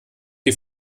die